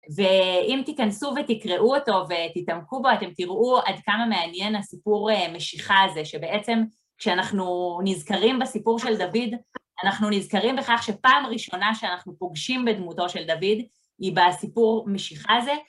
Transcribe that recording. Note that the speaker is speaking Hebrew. ואם תיכנסו ותקראו אותו ותתעמקו בו, אתם תראו עד כמה מעניין הסיפור משיכה הזה, שבעצם כשאנחנו נזכרים בסיפור של דוד, אנחנו נזכרים בכך שפעם ראשונה שאנחנו פוגשים בדמותו של דוד היא בסיפור משיכה הזה.